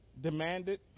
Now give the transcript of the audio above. demanded